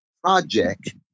project